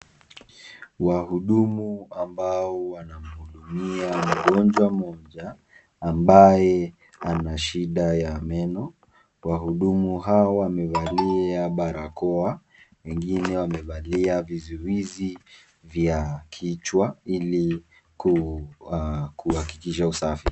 Wahudumu ambao wanamhudumia mgonjwa mmoja ambaye ana shida ya meno, wahudumu hawa wamevalia barakoa wengine wamevalia viziwizi vya kichwa hili kuhakikisha usafi.